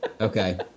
okay